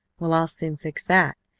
well, i'll soon fix that!